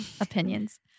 opinions